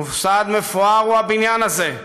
מוסד מפואר הוא הבניין הזה,